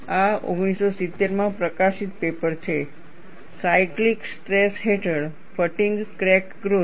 આ 1970 માં પ્રકાશિત પેપર છે સાયકલીક સ્ટ્રેસ હેઠળ ફટીગ ક્રેક ગ્રોથ